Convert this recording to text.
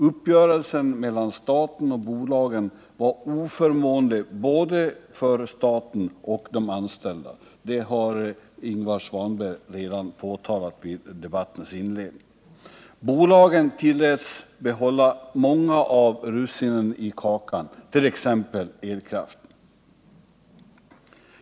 Uppgörelsen mellan staten och bolagen var oförmånlig för både staten och de anställda — det har Ingvar Svanberg redan påtalat i debattens inledning. Bolagen tilläts behålla många av russinen i kakan, t.ex. elkraften.